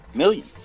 million